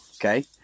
Okay